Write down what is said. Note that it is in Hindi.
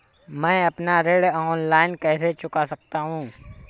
मैं अपना ऋण ऑनलाइन कैसे चुका सकता हूँ?